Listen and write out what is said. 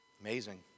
Amazing